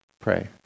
pray